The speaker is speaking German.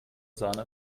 sahne